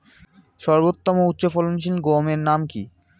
সর্বোত্তম ও উচ্চ ফলনশীল গমের নাম কি?